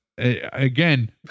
Again